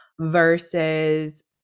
Versus